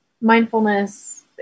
mindfulness